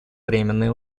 временные